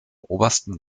obersten